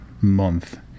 month